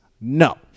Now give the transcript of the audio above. No